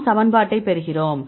நாம் சமன்பாட்டைப் பெறுகிறோம்